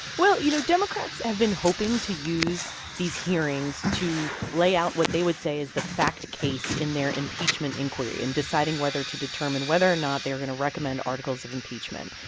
well, you know, democrats have been hoping to use these hearings to lay out what they would say is the fact case in their impeachment inquiry in deciding whether to determine whether or not they are going to recommend articles of impeachment.